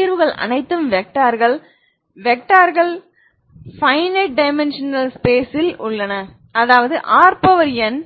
தீர்வுகள் அனைத்தும் வெக்டார்கள் வெக்டார்கள் பய்னயிட் டைமென்ஷனல் ஸ்பேஸ் ல் உள்ளன அதாவது Rn